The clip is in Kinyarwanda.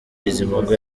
bizimungu